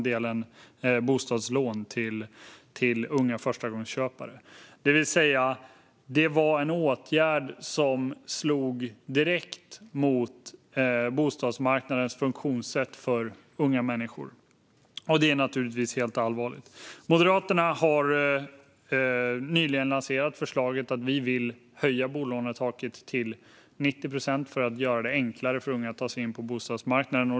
Det vill säga att det var en åtgärd som slog direkt mot bostadsmarknadens funktionssätt för unga människor. Det är naturligtvis mycket allvarligt. Moderaterna har nyligen lanserat förslaget att höja bolånetaket till 90 procent för att göra det enklare för unga att ta sig in på bostadsmarknaden.